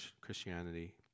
Christianity